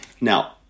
Now